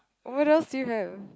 what else do you have